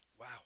Wow